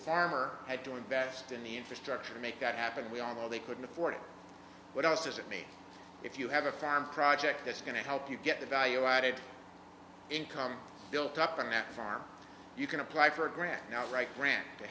farmer i do invest in the infrastructure make that happen we all know they couldn't afford it what else does it mean if you have a farm project that's going to help you get the value added income built up a map farm you can apply for a grant now right grant to